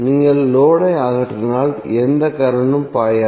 நீங்கள் லோடு ஐ அகற்றினால் எந்த கரண்ட்டும் பாயாது